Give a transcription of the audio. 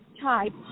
type